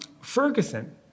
Ferguson